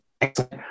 excellent